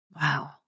Wow